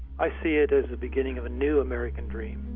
i see it as the beginning of a new american dream.